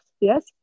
Yes